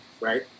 right